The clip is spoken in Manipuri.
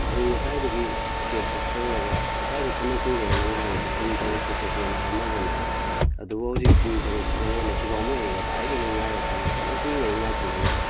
ꯑꯩ ꯉꯁꯥꯏꯗꯒꯤ ꯀꯦꯕ ꯕꯨꯛ ꯇꯧꯔꯒ ꯉꯁꯥꯏꯗꯒꯤ ꯐꯅ ꯀꯨꯏꯔꯦ ꯑꯩꯅ ꯉꯥꯏꯔꯛꯏꯁꯦ ꯄꯨꯡ ꯇꯔꯦꯠꯇ ꯆꯠꯁꯦꯅ ꯍꯥꯏꯅꯕꯅꯦ ꯑꯗꯨꯕꯨ ꯍꯧꯖꯤꯛ ꯄꯨꯡ ꯇꯔꯦꯠ ꯈꯔ ꯍꯦꯟꯂꯦ ꯁꯤꯐꯥꯎ ꯃꯣꯏ ꯉꯁꯥꯏꯗꯒꯤ ꯉꯥꯏꯔꯛꯄꯅꯦ ꯐꯥꯅ ꯀꯨꯏꯔꯦ ꯑꯩꯅ ꯉꯥꯏꯈꯠꯂꯛꯏꯁꯦ